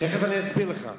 תיכף אני אסביר לך.